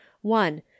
One